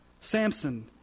Samson